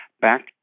back